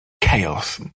chaos